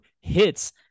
hits